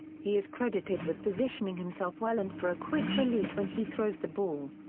he is credited with positioning himself well and for a quick release when he throws the ball.